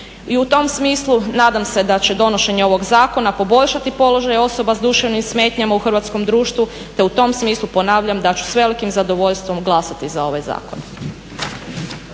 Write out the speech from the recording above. I u tom smislu nadam se da će donošenje ovog zakona poboljšati položaj osoba sa duševnim smetnjama u hrvatskom društvu te u tom smislu ponavljam da ću sa velikim zadovoljstvom glasati za ovaj zakon.